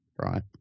right